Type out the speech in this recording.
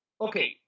okay